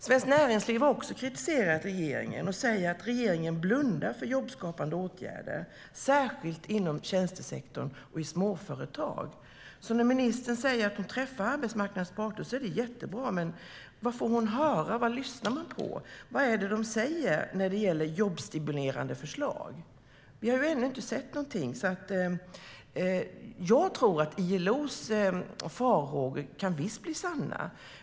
Svenskt Näringsliv har också kritiserat regeringen och säger att regeringen blundar för jobbskapande åtgärder, särskilt inom tjänstesektorn och i småföretag. Ministern säger att hon träffar arbetsmarknadens parter, och det är jättebra. Men vad får hon höra? Vad lyssnar man på? Vad är det de säger när det gäller jobbstimulerande förslag? Vi har ännu inte sett någonting. Jag tror alltså att ILO:s farhågor visst kan bli sanna.